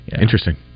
Interesting